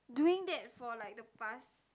doing that for like the past